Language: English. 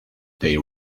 they